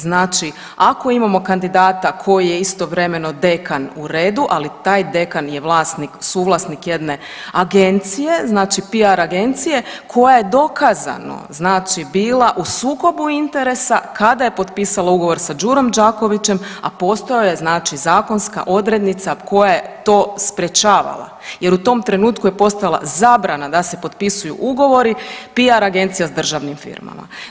Znači ako imamo kandidata koji je istovremeno dekan u redu, ali taj dekan je vlasni, suvlasnik jedne agencije znači piar agencije koja je dokazano znači bila u sukobu interesa kada je potpisala ugovor sa Đurom Đakovićem, a postojao je znači zakonska odrednica koja je to sprječavala jer u tom trenutku je postojala zabrana da se potpisuju ugovori piar agencija s državnim firmama.